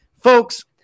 folks